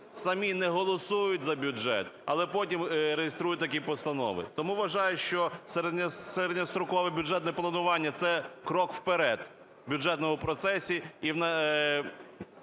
Самі не голосують за бюджет, але потім реєструють такі постанови. Тому вважаю, що середньострокове бюджетне планування – це крок вперед в бюджетному процесі